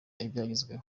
ibyagezweho